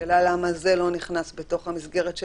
השאלה למה זה לא נכנס בתוך המסגרת של